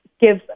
give